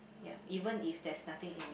ya even if there's nothing in re~